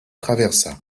traversa